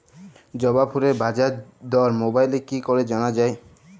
জবা ফুলের বাজার দর মোবাইলে কি করে জানা যায়?